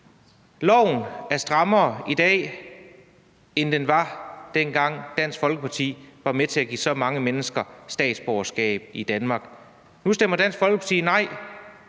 Loven er strammere i dag, end den var, dengang Dansk Folkeparti var med til at give så mange mennesker statsborgerskab i Danmark. Nu stemmer Dansk Folkeparti nej